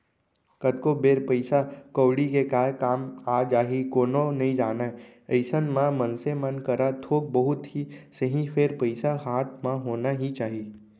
कतको बेर पइसा कउड़ी के काय काम आ जाही कोनो नइ जानय अइसन म मनसे मन करा थोक बहुत ही सही फेर पइसा हाथ म होना ही चाही